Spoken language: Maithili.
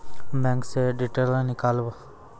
बैंक से डीटेल नीकालव?